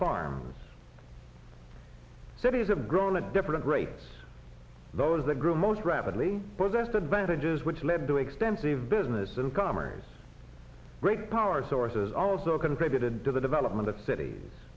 farms cities have grown at different rates those that grew most rapidly possessed advantages which led to extensive business incomers great power sources also contributed to the development of cit